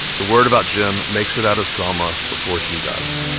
the word about jim makes it out of selma before he does